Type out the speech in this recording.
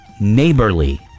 neighborly